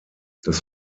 das